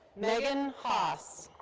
meghan haas.